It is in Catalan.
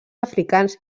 africans